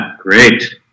Great